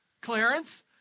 Clarence